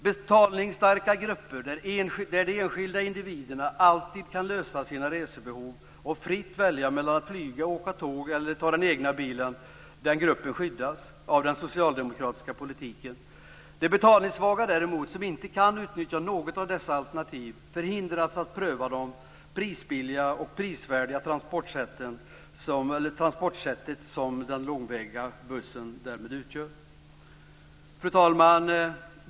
Betalningsstarka grupper, där de enskilda individerna alltid kan lösa sina resebehov och fritt välja mellan att flyga, åka tåg eller ta den egna bilen, skyddas av den socialdemokratiska politiken. De betalningssvaga, som inte kan utnyttja något av dessa alternativ, förhindras däremot att pröva det prisbilliga och prisvärda transportsätt som den långväga bussen utgör. Fru talman!